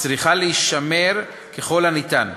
צריכה להישמר ככל האפשר.